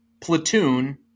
Platoon